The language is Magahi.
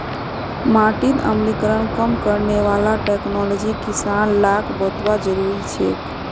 माटीत अम्लीकरण कम करने वाला टेक्नोलॉजी किसान लाक बतौव्वा जरुरी छेक